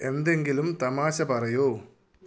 എന്തെങ്കിലും തമാശ പറയൂ